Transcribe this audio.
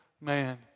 man